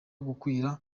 gukwira